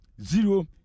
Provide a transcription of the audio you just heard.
zero